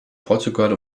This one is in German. portugal